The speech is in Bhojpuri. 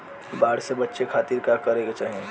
बाढ़ से बचे खातिर का करे के चाहीं?